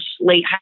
late